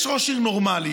יש ראש עיר נורמלי,